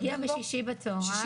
הוא הגיע בשישי בצוהריים,